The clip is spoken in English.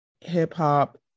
hip-hop